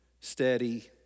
steady